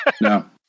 No